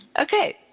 Okay